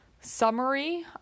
summary